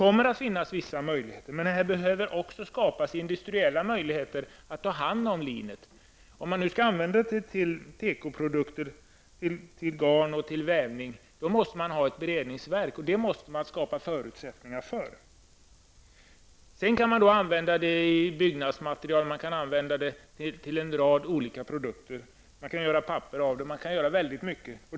Det finns vissa förutsättningar, men det måste också skapas industriella möjligheter att ta hand om linet. Skall man använda det till tekoprodukter, till garn och till vävning, måste man ha ett beredningsverk och för detta måste man skapa förutsättningar. Man kan använda linet i byggnadsmaterial och i en rad olika produkter. Man kan göra papper och andra saker.